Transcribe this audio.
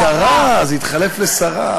השרה, זה התחלף לשרה.